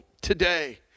today